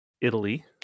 italy